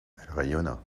rayonna